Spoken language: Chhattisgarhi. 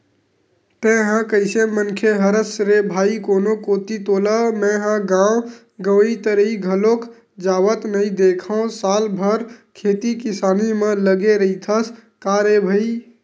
तेंहा कइसे मनखे हरस रे भई कोनो कोती तोला मेंहा गांव गवतरई घलोक जावत नइ देंखव साल भर खेती किसानी म लगे रहिथस का रे भई?